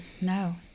No